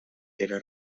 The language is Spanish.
era